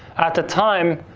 at the time,